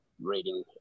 reading